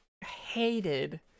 hated